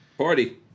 Party